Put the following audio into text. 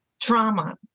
trauma